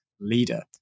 leader